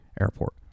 Airport